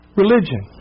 religion